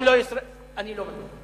גם לא "ישראל היום" אני לא בטוח.